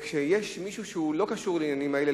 כשיש מישהו שלא קשור לעניינים האלה,